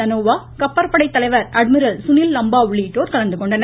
தனோவா கப்பந்படை தலைவர் அட்மிரல் சுனில் லம்பா உள்ளிட்டோர் கலந்துகொண்டனர்